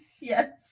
Yes